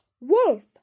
Wolf